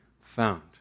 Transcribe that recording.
found